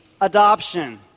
adoption